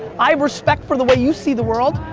i have respect for the way you see the world.